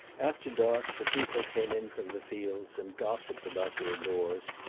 after dark the people came in from the fields and gossiped about their doors,